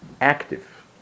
active